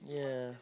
yeah